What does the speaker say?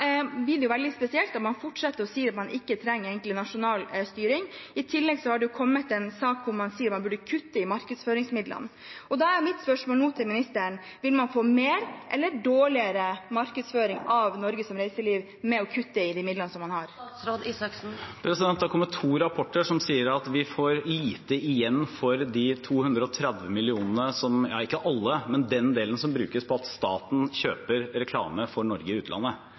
blir det veldig spesielt at man fortsetter å si at man egentlig ikke trenger nasjonal styring. I tillegg har det kommet en sak hvor man sier at man burde kutte i markedsføringsmidlene. Da er mitt spørsmål nå til ministeren: Vil man få mer eller dårligere markedsføring av Norge som reisemål ved å kutte i midlene man har? Det har kommet to rapporter som sier at vi får lite igjen for de 230 mill. kr. – ikke av alt, men av den delen som staten bruker på å kjøpe reklame for Norge i utlandet.